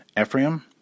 Ephraim